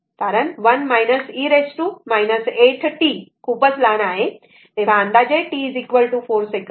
कारण 1 e 8t खूपच लहान आहे तर अंदाजे t 4 असताना हे 4 सेकंद आहे